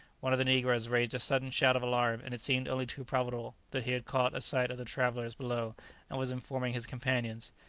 one of the negroes raised a sudden shout of alarm, and it seemed only too probable that he had caught a sight of the travellers below and was informing his companions.